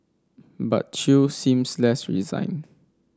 but Chew seems less resigned